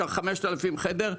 שיש 5,000 חדר,